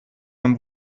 dann